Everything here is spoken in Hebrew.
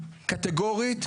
קטגורית,